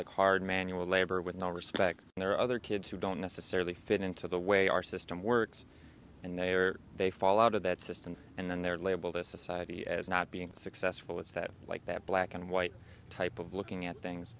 like hard manual labor with no respect and there are other kids who don't necessarily fit into the way our system works and they are they fall out of that system and then they're labeled as society as not being successful it's that like that black and white type of looking at things